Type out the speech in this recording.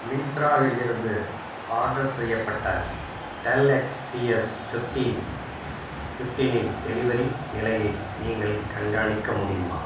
மிந்த்ராவிலிருந்து order செய்யப்பட்ட Dell XPS fifteen ஃபிஃப்டீனின் delivery நிலையை நீங்கள் கண்காணிக்க முடியுமா